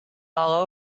all